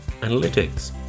analytics